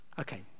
Okay